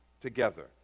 together